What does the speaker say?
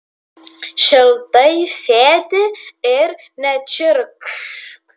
šiltai sėdi ir nečirkšk